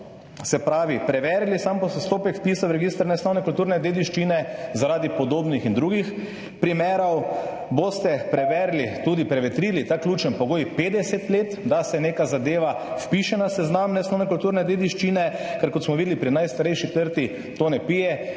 za kulturo preverili sam postopek vpisa v register nesnovne kulturne dediščine zaradi podobnih in drugih primerov? Boste preverili, tudi prevetrili ta ključen pogoj 50 let, da se neka zadeva vpiše na seznam nesnovne kulturne dediščine? Ker kot smo videli pri najstarejši trti, to ne pije